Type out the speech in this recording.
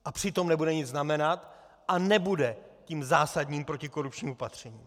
A přitom nebude nic znamenat a nebude tím zásadním protikorupčním opatřením.